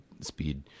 speed